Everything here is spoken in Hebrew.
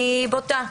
אני בוטה.